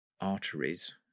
arteries